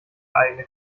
eigene